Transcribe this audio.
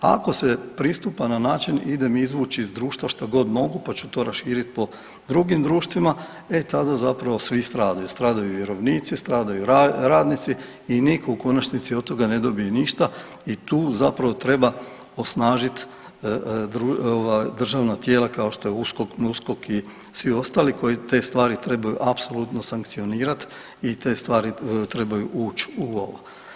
Ako se pristupa na način idem izvući iz društva šta god mogu pa ću to raširiti po drugim društvima, e tada zapravo svi stradaju – stradaju vjerovnici, stradaju radnici i nitko u konačnici od toga ne dobije ništa i tu zapravo treba osnažiti državna tijela kao što je USKOR, PNUSKOK i svi ostali koji te stvari trebaju apsolutno sankcionirati i te stvari trebaju ući u ovo.